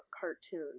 cartoon